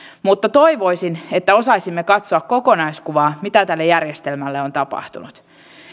mutta toivoisin että osaisimme katsoa kokonaiskuvaa mitä tälle järjestelmälle on tapahtunut